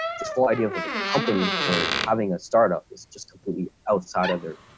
this whole idea of with a company or having a startup is just completely outside of their